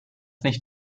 nicht